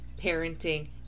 parenting